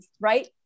right